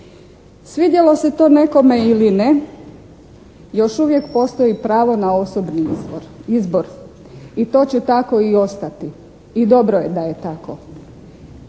Svidjelo se to nekome ili ne, još uvijek postoji pravo na osobni izbor i to će tako i ostati. I dobro je da je tako.